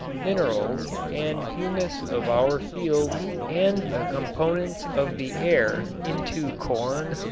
minerals and humus of our fields and the components of the air into corn,